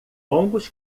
longos